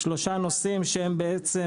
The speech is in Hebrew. -- יש שם שלושה נושאים שהם בעצם